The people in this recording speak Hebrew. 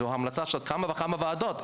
זו המלצה של כמה וכמה ועדות,